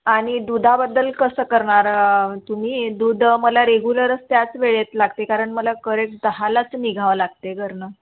आणि दुधाबद्दल कसं करणार तुम्ही दूध मला रेग्युलरचं त्याच वेळेत लागते कारण मला करेक्ट दहालाचं निघावं लागते घरनं